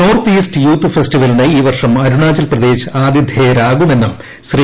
north east youth ഫെസ്റ്റിവലിന് ഈ വർഷം അരുണാചൽപ്രദേശ് ആതിഥേയരാകുമെന്നും ശ്രീ